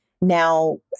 now